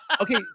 Okay